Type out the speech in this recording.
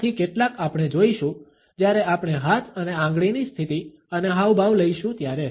આમાંથી કેટલાક આપણે જોઈશું જ્યારે આપણે હાથ અને આંગળીની સ્થિતિ અને હાવભાવ લઈશું ત્યારે